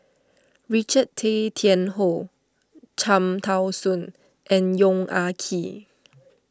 Richard Tay Tian Hoe Cham Tao Soon and Yong Ah Kee